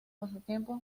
pasatiempos